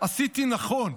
עשיתי נכון,